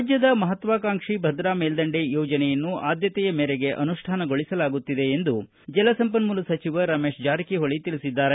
ರಾಜ್ಡದ ಮಹತ್ವಾಕಾಂಕ್ಷಿ ಭದ್ರಾ ಮೇಲ್ದಂಡೆ ಯೋಜನೆಯನ್ನು ಆದ್ದತೆಯ ಮೇರೆಗೆ ಅನುಷ್ಠಾನಗೊಳಿಸಲಾಗುತ್ತಿದೆ ಎಂದು ಜಲಸಂಪನ್ನೂಲ ಸಚಿವ ರಮೇಶ್ ಜಾರಕಿ ಹೊಳಿ ತಿಳಿಸಿದ್ದಾರೆ